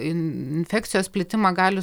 infekcijos plitimą gali